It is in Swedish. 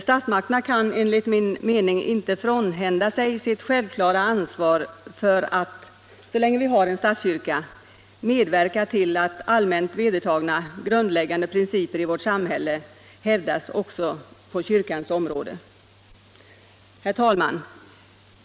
Statsmakterna kan enligt min mening inte frånhända sig sitt självklara ansvar för att — så länge vi har en statskyrka —- medverka till att allmänt vedertagna, grundläggande principer i vårt samhälle hävdas också på kyrkans område. Herr talman!